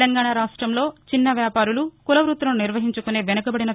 తెలంగాణా రాష్టంలో చిన్న వ్యాపారులు కుల వృత్తులను నిర్వహించుకునే వెనుకబదిన ని